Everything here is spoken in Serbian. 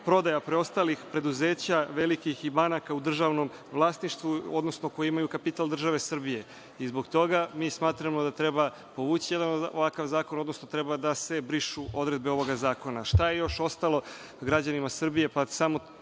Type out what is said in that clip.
prodaja preostalih velikih preduzeća i banaka u državnom vlasništvu, odnosno koji imaju kapital države Srbije. Zbog toga mi smatramo da treba povući jedan ovakav zakon, odnosno treba da se brišu odredbe ovog zakona. Šta je još ostalo građanima Srbije?